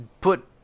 put